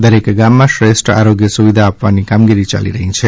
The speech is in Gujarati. દરેક ગામમાં શ્રેષ્ઠ આરોગ્ય સુવિધા આપવાની કામગીરી યાલી રહી છે